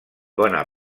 bona